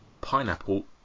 pineapple